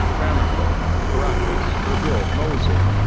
bamako, caracas, erbil, mosul,